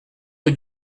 rue